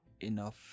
enough